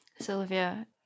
Sylvia